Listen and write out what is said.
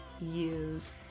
use